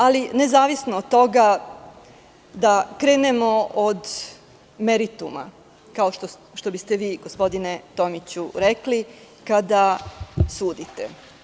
Ali, nezavisno od toga, da krenemo od merituma, kao što biste vi, gospodine Tomiću, rekli kada sudite.